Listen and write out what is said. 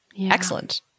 Excellent